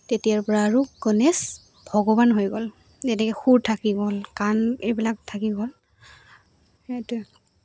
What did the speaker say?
তেতিয়াৰপৰা আৰ আৰু গণেশ ভগৱান হৈ গ'ল যেনেকে শুঁৰ থাকি গ'ল কাণ এইবিলাক থাকি গ'ল সেইটোৱে